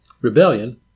Rebellion